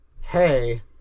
Hey